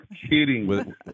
kidding